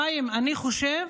חיים, אני חושב